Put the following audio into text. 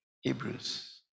Hebrews